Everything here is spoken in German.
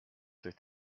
durch